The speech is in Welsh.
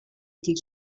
dydd